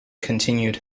continued